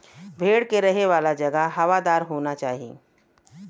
भेड़ के रहे वाला जगह हवादार होना चाही